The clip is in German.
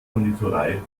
konditorei